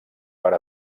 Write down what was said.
per